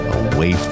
away